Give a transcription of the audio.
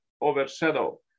overshadow